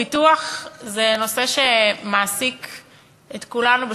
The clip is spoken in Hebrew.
ביטוח זה נושא שמעסיק את כולנו,